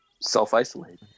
Self-isolate